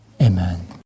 Amen